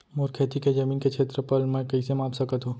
मोर खेती के जमीन के क्षेत्रफल मैं कइसे माप सकत हो?